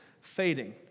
fading